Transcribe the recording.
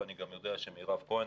ואני גם יודע שמירב כהן,